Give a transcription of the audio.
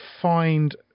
find